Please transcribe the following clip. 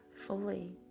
fully